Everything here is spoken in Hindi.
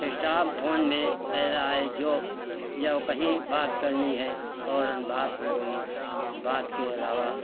स्टाम्प फोन में फ़ायदा है जो जाओ कहीं बात करनी है फ़ौरन बात हो गई बात के अलावा